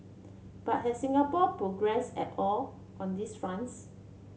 but has Singapore progressed at all on these fronts